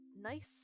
nice